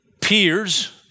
peers